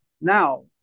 now